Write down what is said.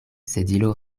sedilo